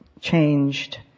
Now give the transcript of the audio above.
changed